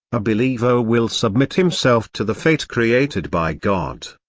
a believer will submit himself to the fate created by god.